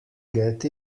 get